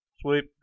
Sweet